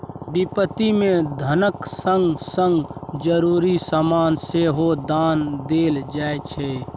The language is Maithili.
बिपत्ति मे धनक संग संग जरुरी समान सेहो दान देल जाइ छै